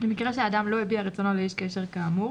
במקרה שהאדם לא הביע רצונו לאיש קשר כאמור